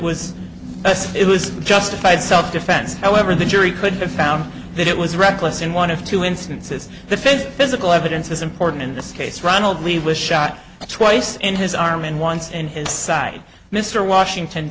yes it was justified self defense however the jury could have found that it was reckless in one of two instances the face physical evidence is important in this case ronald lee was shot twice in his arm and once in his side mr washington